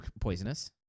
poisonous